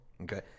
Okay